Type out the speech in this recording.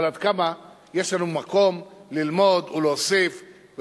אבל עד כמה יש לנו מקום ללמוד ולהוסיף,